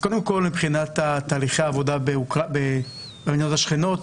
קודם כל מבחינת תהליכי העבודה במדינות השכנות,